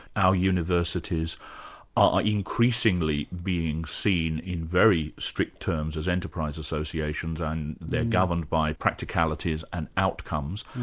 our universities are increasingly being seen in very strict terms as enterprise associations and they're governed by practicalities and outcomes.